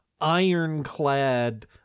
ironclad